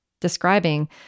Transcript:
describing